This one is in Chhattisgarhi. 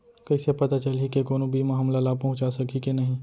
कइसे पता चलही के कोनो बीमा हमला लाभ पहूँचा सकही के नही